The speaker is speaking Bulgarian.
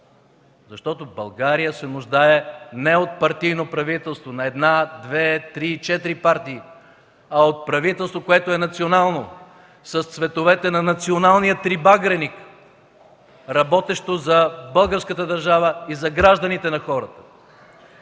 България се нуждае не от партийно правителство на една, две, три, четири партии, а от национално правителство, с цветовете на националния трибагреник, работещо за българската държава, за гражданите и хората.